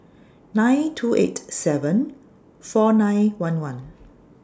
nine two eight seven four nine one one